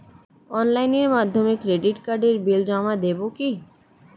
অনলাইনের মাধ্যমে ক্রেডিট কার্ডের বিল জমা দেবো কি?